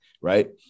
right